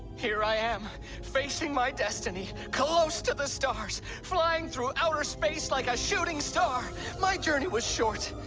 here i am facing my destiny close to the stars flying through outer space like a shooting star my journey was short,